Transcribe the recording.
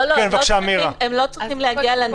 לא, הם לא צריכים להגיע לנשיא.